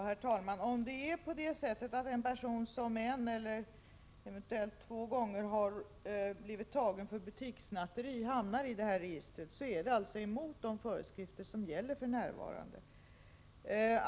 Herr talman! Om en person som en eller eventuellt två gånger blivit tagen för butikssnatteri hamnar i polisens allmänna spaningsregister sker det emot de föreskrifter som för närvarande gäller.